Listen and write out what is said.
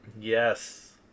Yes